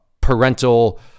parental